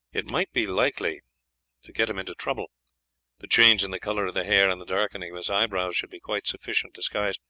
it might be likely to get him into trouble the change in the colour of the hair and the darkening of his eyebrows should be quite sufficient disguise,